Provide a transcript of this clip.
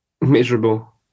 miserable